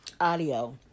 audio